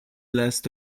last